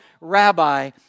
rabbi